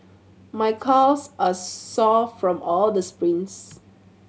my calves are sore from all the sprints